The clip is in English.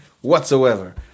whatsoever